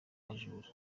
bujura